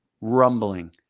Rumbling